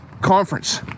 conference